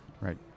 Right